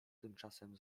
tymczasem